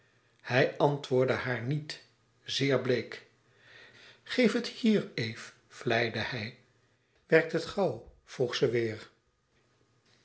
hij antwoordde haar niet zeer bleek geef het hier eve vleide hij werkt het gauw vroeg ze weêr